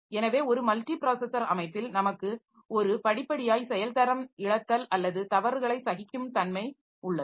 எனவே ஒரு multi processor அமைப்பில் நமக்கு ஒரு படிப்படியாய் செயல்தரம் இழத்தல் அல்லது தவறுகளை சகிக்கும்தன்மை உள்ளது